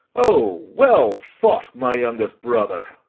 o, well fought, my youngest brother!